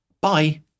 Bye